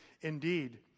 Indeed